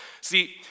see